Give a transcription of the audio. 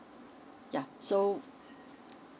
yeah so